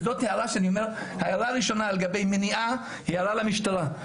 זאת ההערה הראשונה לגבי מניעה שהיא הערה למשטרה.